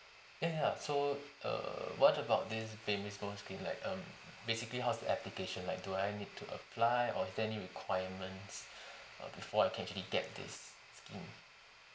ya ya so err what about this baby bonus scheme like um basically how's the application like do I need to apply or is there any requirements uh before I can actually get this scheme